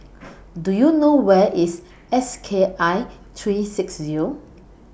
Do YOU know Where IS S K I three six Zero